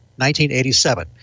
1987